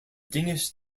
danish